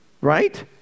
Right